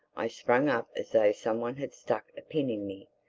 i sprang up as though some one had stuck a pin in me.